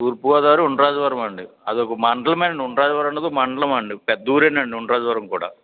తూర్పుగోదావరి ఉండ్రాజవరం అండి అది ఒక మండలం అండి ఉండ్రాజవరం అనేది ఒక్క మండలం అండి పెద్ద ఊరే అండి ఉండ్రాజవరం కూడా